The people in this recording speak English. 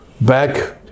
back